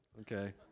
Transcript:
okay